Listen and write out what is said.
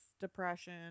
depression